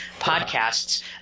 podcasts